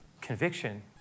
conviction